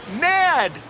Ned